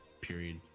period